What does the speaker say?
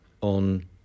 on